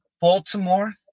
baltimore